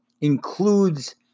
includes